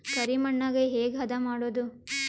ಕರಿ ಮಣ್ಣಗೆ ಹೇಗೆ ಹದಾ ಮಾಡುದು?